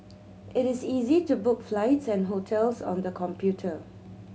it is easy to book flights and hotels on the computer